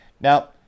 Now